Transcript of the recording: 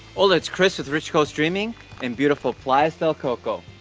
hola, its chris with rich coast dreaming in beautiful playas del coco.